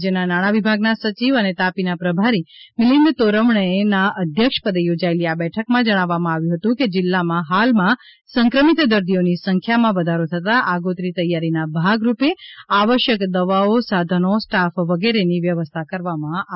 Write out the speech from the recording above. રાજયના નાણાં વિભાગના સચિવ અને તાપીના પ્રભારી મિલિંદ તોરવણેનાં અધ્યક્ષપદે યોજાયેલી આ બેઠકમાં જણાવવામાં આવ્યું હતું કે જિલ્લામાં હાલમાં સંક્રમિત દર્દીઓની સંખ્યામાં વધારો થતા આગોતરી તૈયારીના ભાગરૂપે આવશ્યક દવાઓ સાધનો સ્ટાફ વગેરેની વ્યવસ્થા કરવામાં આવી છે